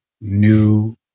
new